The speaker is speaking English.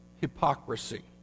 hypocrisy